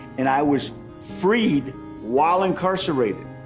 and i was freed while incarcerated.